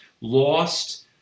lost